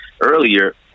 earlier